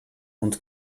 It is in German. und